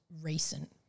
recent